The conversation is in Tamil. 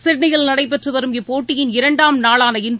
சிட்னியில் நடைபெற்று வரும் இப்போட்டியின் இரண்டாம் நாளான இன்று